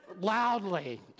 loudly